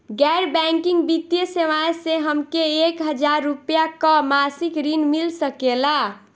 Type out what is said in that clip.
गैर बैंकिंग वित्तीय सेवाएं से हमके एक हज़ार रुपया क मासिक ऋण मिल सकेला?